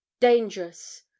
Dangerous